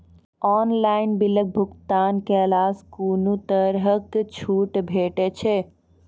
Online बिलक भुगतान केलासॅ कुनू तरहक छूट भेटै छै?